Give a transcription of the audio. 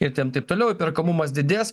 ir ten taip toliau toliau įperkamumas didės